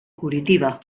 curitiba